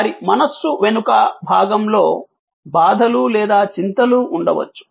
వారి మనస్సు వెనుక భాగంలో బాధలు లేదా చింతలు ఉండవచ్చు